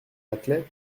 laclais